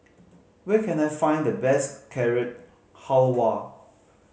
where can I find the best Carrot Halwa